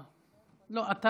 לא, אתה